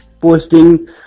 posting